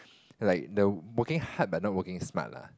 like the working hard but not working smart lah